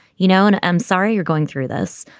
you know, and i'm sorry you're going through this,